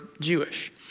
Jewish